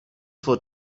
for